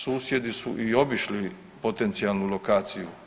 Susjedi su i obišli potencijalnu lokaciju.